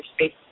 space